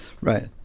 right